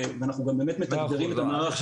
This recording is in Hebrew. ואנחנו גם באמת מתגברים את המערך גם